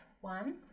one